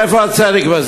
איפה הצדק?